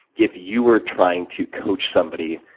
if you were trying to coach somebody,